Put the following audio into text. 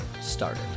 started